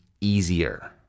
easier